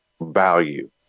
value